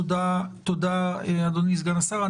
תודה, אדוני סגן השר.